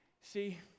See